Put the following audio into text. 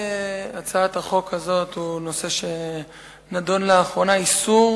הצעת החוק הזאת היא בנושא שנדון לאחרונה: איסור